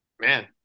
man